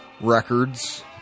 Records